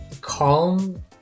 calm